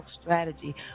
strategy